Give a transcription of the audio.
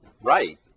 Right